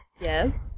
Yes